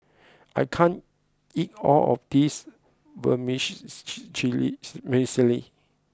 I can't eat all of this